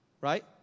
right